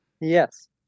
Yes